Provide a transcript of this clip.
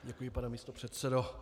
Děkuji, pane místopředsedo.